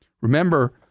Remember